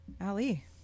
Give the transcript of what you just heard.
Ali